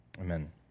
Amen